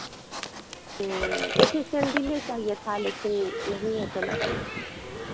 ऐसे सेंडिले चाहिए था लेकिन नहीं है तो